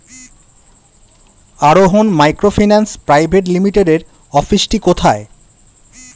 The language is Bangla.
আরোহন মাইক্রোফিন্যান্স প্রাইভেট লিমিটেডের অফিসটি কোথায়?